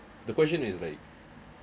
the question is like